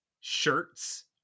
shirts